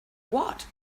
what